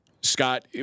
Scott